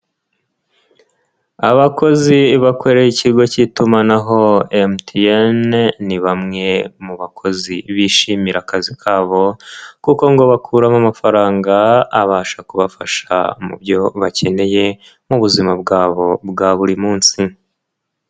Abakozi bakorera ikigo cy'itumanaho MTN, ni bamwe mu bakozi bishimira akazi kabo kuko ngo bakuramo amafaranga, abasha kubafasha mu byo bakeneye, mu buzima bwabo bwa buri munsi.